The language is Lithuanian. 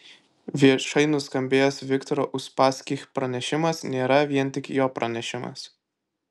viešai nuskambėjęs viktoro uspaskich pranešimas nėra vien tik jo pranešimas